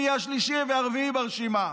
מי השלישי ומי הרביעי ברשימה.